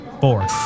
Four